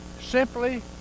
Simply